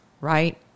right